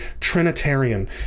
Trinitarian